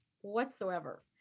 whatsoever